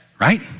Right